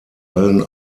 allen